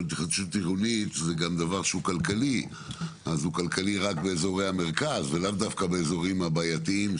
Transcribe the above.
אבל זה כלכלי רק באזורי המרכז ולאו דווקא באזורים הבעייתיים,